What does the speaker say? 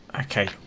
Okay